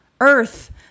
Earth